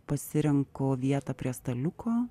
pasirenku vietą prie staliuko